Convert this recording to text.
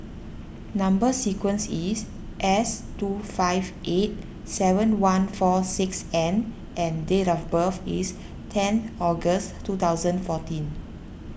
Number Sequence is S two five eight seven one four six N and date of birth is ten August two thousand fourteen